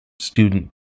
student